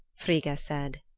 frigga said.